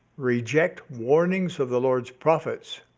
reject warnings of the lord's prophets,